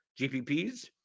GPPs